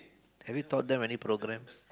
have you taught them any programs